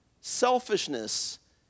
selfishness